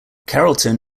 carrollton